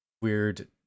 weird